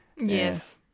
Yes